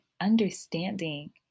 understanding